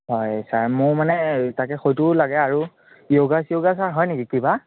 হয় ছাৰ মোৰ মানে তাকে সেইটোও লাগে আৰু য়োগা চোগা ছাৰ হয় নেকি কিবা